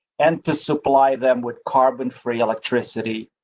and to supply them with carbon free electricity.